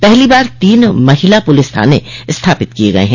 पहली बार तीन महिला पुलिस थाने स्थापित किए गए हैं